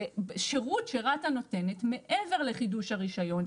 זה שירות שרת"א נותנת מעבר לחידוש הרישיון,